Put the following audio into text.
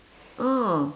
ah